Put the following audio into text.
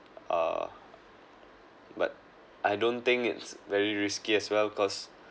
uh but I don't think it's very risky as well cause